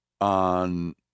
on